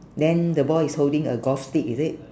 then the boy is holding a golf stick is it